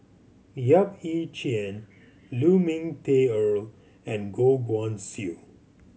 Yap Ee Chian Lu Ming Teh Earl and Goh Guan Siew